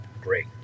great